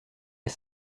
est